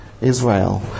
Israel